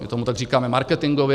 My tomu tak říkáme marketingově.